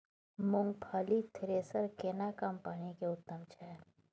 मूंगफली थ्रेसर केना कम्पनी के उत्तम छै?